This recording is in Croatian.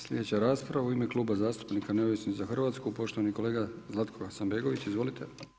Sljedeća rasprava u ime Kluba zastupnika Neovisni za Hrvatsku, poštovani kolega Zlatko Hasanbegović, izvolite.